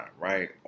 right